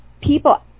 people